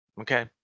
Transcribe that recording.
Okay